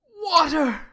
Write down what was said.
water